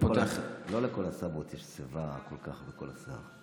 לא לכל הסבים יש שיבה כל כך, כל השיער.